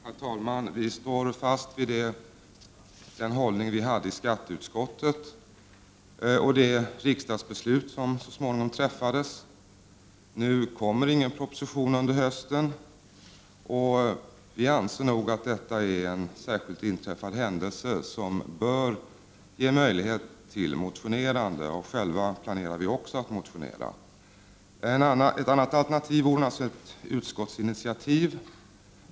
Herr talman! Vi i vpk står fast vid den hållning vi hade i skatteutskottet och det riksdagsbeslut som så småningom fattades. Nu kommer ingen proposition under hösten, och vi anser att detta är en särskilt inträffad händelse, som bör ge möjlighet till att väcka motioner. Vi planerar själva att väcka motioner. Ett annat alternativ vore ett utskottsinitiativ.